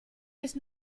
ist